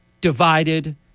divided